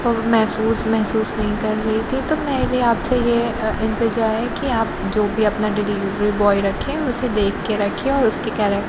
محفوظ محسوس نہیں کر رہی تھی تو میں نے آپ سے یہ التجا ہے کہ آپ جو بھی اپنا ڈیلیوری بوائے رکھیں اُسے دیکھ کے رکھیں اور اُس کے